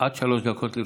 עד שלוש דקות לרשותך,